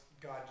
God